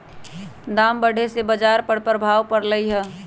दाम बढ़े से बाजार पर प्रभाव परलई ह